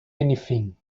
anything